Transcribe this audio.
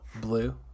blue